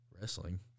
wrestling